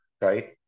right